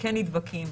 שכן נדבקים,